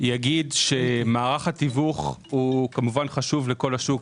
אומר שמערך התיווך הוא כמובן חשוב לכל השוק,